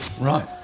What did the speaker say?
Right